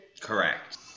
correct